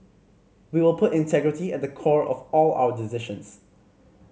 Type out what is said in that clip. we will put integrity at the core of all our decisions